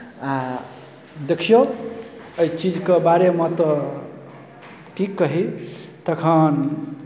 आ देखियौ एहि चीजके बारेमे तऽ की कही तखन